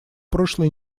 прошлой